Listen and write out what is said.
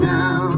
Now